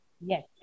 Yes